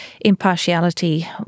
impartiality